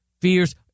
fears